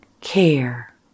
care